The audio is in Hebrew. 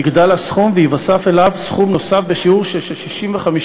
יגדל הסכום וייווסף אליו סכום נוסף בשיעור של 65%